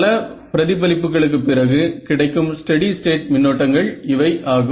பல பிரதிபலிப்புகளுக்கு பிறகு கிடைக்கும் ஸ்டெடி ஸ்டேட் மின்னோட்டங்கள் இவை ஆகும்